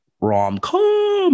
rom-com